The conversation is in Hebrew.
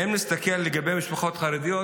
אם נסתכל לגבי משפחות חרדיות,